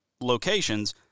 locations